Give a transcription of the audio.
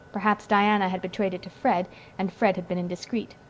perhaps diana had betrayed it to fred and fred had been indiscreet.